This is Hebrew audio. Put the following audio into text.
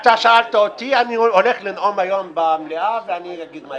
אתה שאלת אותי אני הולך לנאום היום במליאה ואני אגיד מה יש לי.